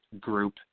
group